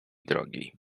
drogi